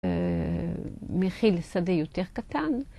מכיל שדה יותר קטן.